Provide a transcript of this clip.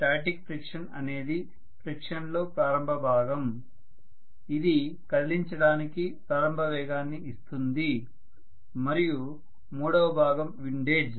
static friction అనేదిఫ్రిక్షన్ లో ప్రారంభ భాగం ఇది కదలించడానికి ప్రారంభ వేగాన్ని ఇస్తుంది మరియు మూడవ భాగం విండేజ్